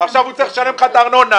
עכשיו הוא יצטרך לשלם לך את הארנונה,